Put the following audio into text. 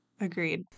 agreed